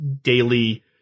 daily